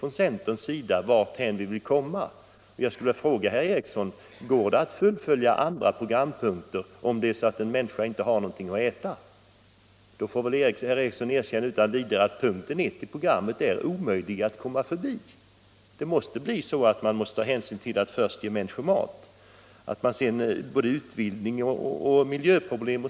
Jag skulle vilja fråga herr Ericson: Går det att genomföra andra programpunkter om en människa inte har något att äta? Herr Ericson får väl erkänna att punkten 1 i vårt program är omöjlig att komma förbi. Man måste först ge människor mat.